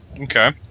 okay